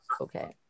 okay